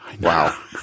Wow